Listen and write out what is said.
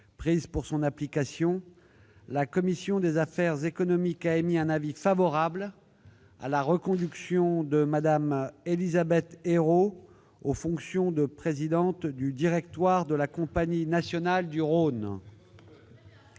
prises pour son application, la commission des affaires économiques a émis un avis favorable- 21 voix pour, 1 voix contre -à la reconduction de Mme Élisabeth Ayrault aux fonctions de présidente du directoire de la Compagnie nationale du Rhône.